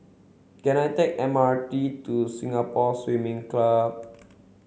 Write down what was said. can I take the M R T to Singapore Swimming Club